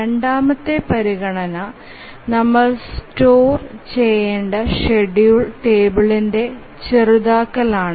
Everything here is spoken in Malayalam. രണ്ടാമത്തെ പരിഗണന നമ്മൾ സ്റ്റോർ ചെയ്യണ്ട ഷെഡ്യൂൾ ടേബിൾന്ടെ ചെറുതാക്കലാണ്